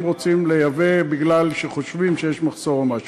אם רוצים לייבא משום שחושבים שיש מחסור או משהו.